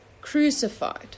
crucified